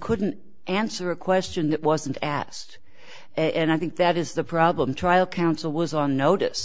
couldn't answer a question that wasn't asked and i think that is the problem trial counsel was on notice